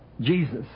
Jesus